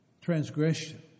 transgression